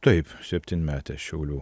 taip septynmetę šiaulių